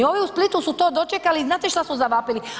Ovi u Splitu su to dočekali i znate što su zavapili?